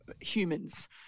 humans